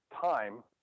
time